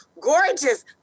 gorgeous